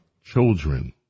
children